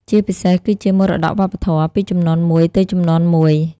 ជាពិសេសគឺជាមរតកវប្បធម៌ ពីជំនាន់មួយទៅជំនាន់មួយ។